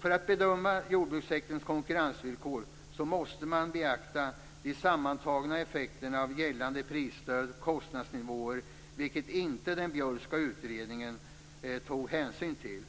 För att bedöma jordbrukssektorns konkurrensvillkor måste man beakta de sammantagna effekterna av gällande prisstöd och kostnadsnivåer, vilket inte den Björkska utredningen tar hänsyn till.